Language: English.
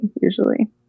usually